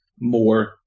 more